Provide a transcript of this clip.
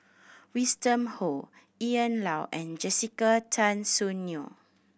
Winston Oh Ian Loy and Jessica Tan Soon Neo